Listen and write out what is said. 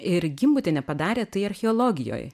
ir gimbutienė padarė tai archeologijoj